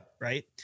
Right